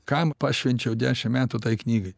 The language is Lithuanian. kam pašvenčiau dešim metų tai knygai